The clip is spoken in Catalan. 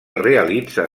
realitza